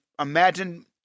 imagine